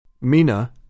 Mina